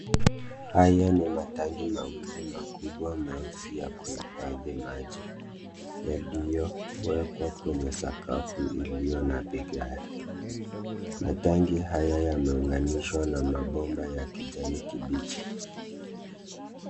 Haya ni matangi mawili meusi ya kuhifadhi maji yaliyowekwa kwenye sakafu iliyo na vigae. Matangi haya yameunganishwa na mabomba ya kijani kibichi.